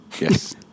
Yes